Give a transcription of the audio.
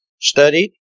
studied